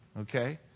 Okay